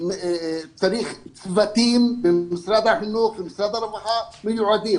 צריך צוותים במשרד החינוך ובמשרד הרווחה שהם מיועדים